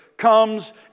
comes